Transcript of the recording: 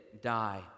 die